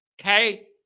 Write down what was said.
Okay